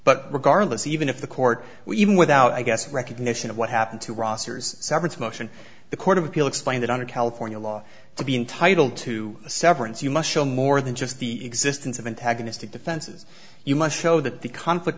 but regardless even if the court were even without i guess recognition of what happened to rosters severance motion the court of appeal explain that under california law to be entitled to a severance you must show more than just the existence of antagonistic defenses you must show that the conflict